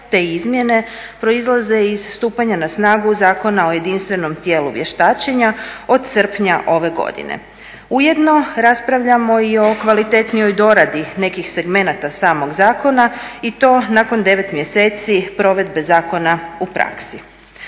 te izmjene, proizlaze iz stupanja na snagu Zakona o jedinstvenom tijelu vještačenja od srpnja ove godine. Ujedno, raspravljamo i o kvalitetnijoj doradi nekih segmenata samog zakona i to nakon 9 mjesece provedbe zakona u praksi.